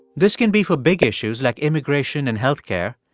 this can be for big issues like immigration and health care.